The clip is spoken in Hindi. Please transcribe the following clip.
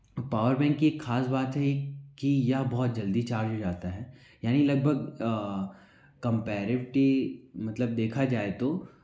पावर बैंक की एक खास बात है कि यह बहुत जल्दी चार्ज हो जाता है यानी लगभग कम्पेरेवटी मतलब देखा जाए तो